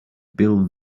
bill